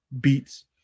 beats